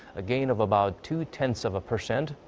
a gain of about two tenths of a percent.